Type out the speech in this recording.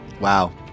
Wow